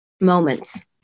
moments